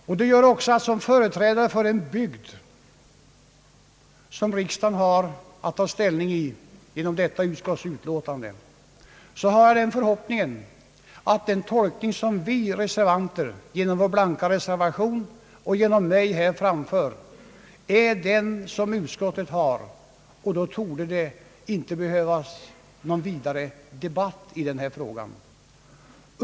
Som företrädare för en bygd, som berörs av det beslut riksdagen kommer att fatta med anledning av detta utskottsutlåtande, har jag förhoppningen att den tolkning, som vi reservanter genom vår blanka reservation och genom mig här framför, skall bli den som utskottet har, och då torde det inte behövas någon vidare debatt i denna fråga.